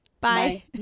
Bye